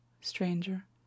Stranger